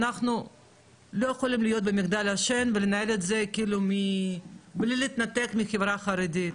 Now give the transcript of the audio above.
אנחנו לא יכולים להיות במגדל השן ולנהל את זה בניתוק מהחברה החרדית.